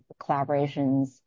collaborations